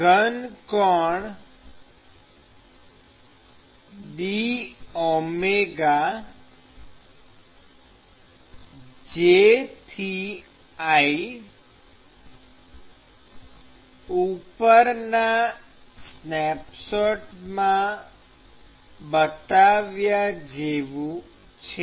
ઘનકોણ dωj→i ઉપરના સ્નેપશોટમાં બતાવ્યા જેવું છે